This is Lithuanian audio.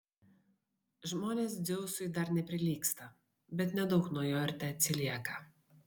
žmonės dzeusui dar neprilygsta bet nedaug nuo jo ir teatsilieka